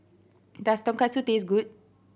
does Tonkatsu taste good